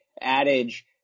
adage